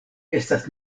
estas